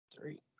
Three